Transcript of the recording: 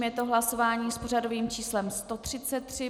Je to hlasování s pořadovým číslem 133.